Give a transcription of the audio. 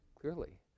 clearly